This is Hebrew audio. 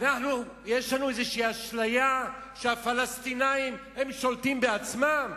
יש לנו איזו אשליה שהפלסטינים שולטים בעצמם?